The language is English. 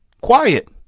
quiet